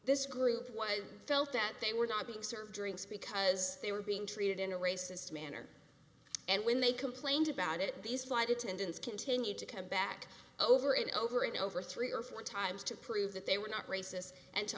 this group was felt that they were not being served drinks because they were being treated in a racist manner and when they complained about it these flight attendants continued to come back over and over and over three or four times to prove that they were not racist and to